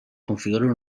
configuren